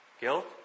Guilt